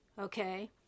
okay